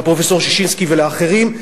לפרופסור ששינסקי ולאחרים,